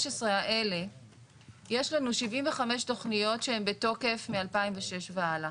האלה יש לנו 75 תכניות שהן בתוקף מ-2006 והלאה.